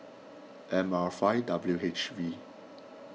M R five W H V